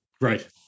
Right